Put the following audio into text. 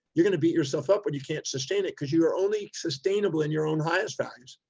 you're going to beat yourself up when you can't sustain it because you are only sustainable in your own highest values.